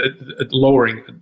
lowering